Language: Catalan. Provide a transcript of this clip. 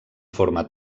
forma